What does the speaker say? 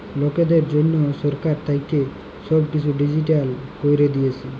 লকদের জনহ সরকার থাক্যে সব কিসু ডিজিটাল ক্যরে দিয়েসে